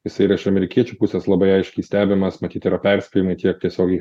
jisai yra iš amerikiečių pusės labai aiškiai stebimas matyt yra perspėjimų tiek tiesiogiai